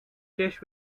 dish